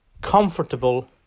comfortable